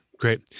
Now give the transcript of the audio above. Great